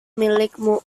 milikmu